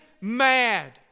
mad